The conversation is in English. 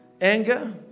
anger